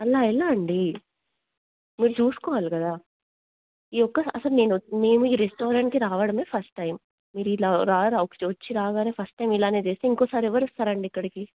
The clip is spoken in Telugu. అలా ఎలా అండి మీరు చూసుకోవాలి కదా ఈ ఒక్క అసలు నేను మేము ఈ రెస్టారెంట్కి రావడమే ఫస్ట్ టైం మీరు ఇలా వచ్చి రాగానే ఫస్ట్ టైం ఇలానే చేస్తే ఇంకోసారి ఎవరు వస్తారండి ఇక్కడికి